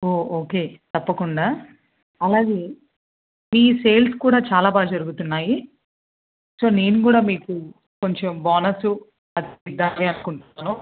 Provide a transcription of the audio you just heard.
ఓ okay తప్పకుండా అలాగే ఈ సేల్స్ కూడా చాలా బాగా జరుగుతున్నాయి సో నేను కూడా మీకు కొంచెం బోనస్సు కాస్త ఇవ్వాలి అనుకుంటున్నాను